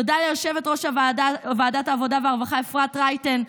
תודה ליושב-ראש ועדת העבודה והרווחה אפרת רייטן.